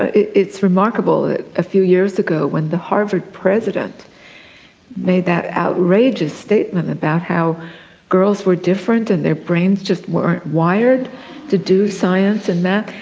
it's remarkable that a few years ago when the harvard president made that outrageous statement about how girls were different and their brains just weren't wired to do science and math.